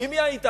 עם מי היית?